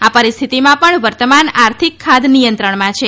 આ પરિસ્થિતિમાં પણ વર્તમાન આર્થિક ખાધ નિયંત્રણમાં છે